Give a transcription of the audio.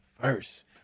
first